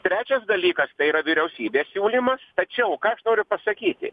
trečias dalykas tai yra vyriausybės siūlymas tačiau ką aš noriu pasakyti